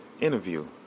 interview